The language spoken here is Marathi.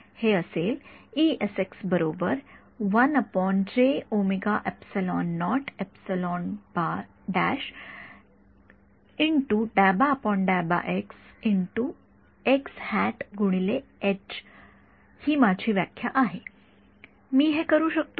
हे असेल ही माझी व्याख्या आहे मी हे करू शकतो का